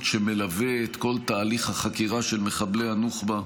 שמלווה את כל תהליך החקירה של מחבלי הנוח'בה.